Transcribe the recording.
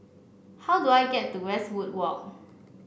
how do I get to Westwood Walk